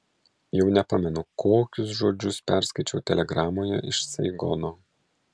jau nepamenu kokius žodžius perskaičiau telegramoje iš saigono